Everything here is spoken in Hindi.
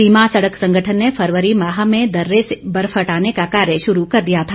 सीमा सड़क संगठन ने फरवरी माह में दर्रे से बर्फ हटाने का कार्य शुरू कर दिया था